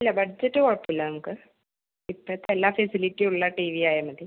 ഇല്ല ബഡ്ജറ്റ് കുഴപ്പം ഇല്ല നമുക്ക് ഇപ്പത്തെ എല്ലാ ഫെസിലിറ്റി ഉള്ള ടി വി ആയാമതി